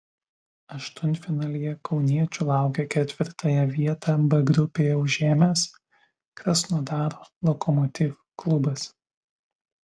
aštuntfinalyje kauniečių laukia ketvirtąją vietą b grupėje užėmęs krasnodaro lokomotiv klubas